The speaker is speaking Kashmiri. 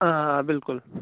ہاں ہاں بلکُل